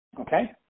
Okay